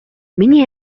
миний